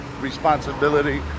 responsibility